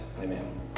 Amen